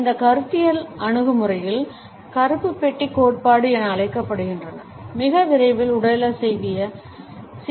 இந்த கருத்தியல் அணுகுமுறைகள் கருப்பு பெட்டி கோட்பாடு என அழைக்கப்படுகின்றன மிக விரைவில் உடலசைவியஇசி